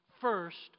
first